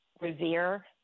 revere